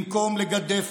במקום לגדף,